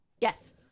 Yes